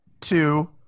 two